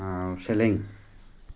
চেলেং